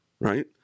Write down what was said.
right